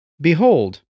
Behold